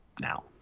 now